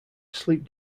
sleep